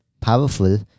powerful